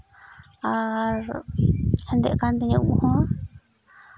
ᱟᱨ ᱦᱮᱸᱫᱮᱜ ᱠᱟᱱ ᱛᱤᱧᱟᱹ ᱩᱵᱽ ᱦᱚᱸ